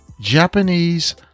Japanese